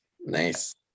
Nice